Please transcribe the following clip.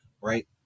right